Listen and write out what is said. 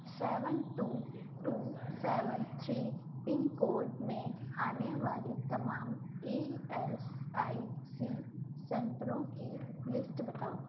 seven two two seven three pin code میں آنے والے تمام ای ایس آئی سی سینٹروں کی لسٹ بتاؤ